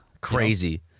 Crazy